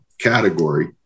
category